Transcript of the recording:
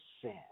sin